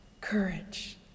courage